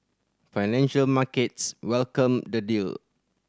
financial markets welcomed the deal